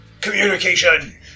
Communication